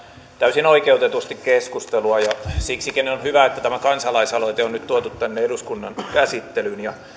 täysin oikeutetusti keskustelua ja siksikin on hyvä että tämä kansalaisaloite on nyt tuotu tänne eduskunnan käsittelyyn